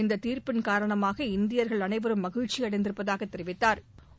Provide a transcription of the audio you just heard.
இந்த தீர்ப்பின் காரணமாக இந்தியர்கள் அனைவரும் மகிழ்ச்சியடைந்திருப்பதாக தெரிவித்தாா்